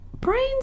brains